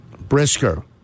Brisker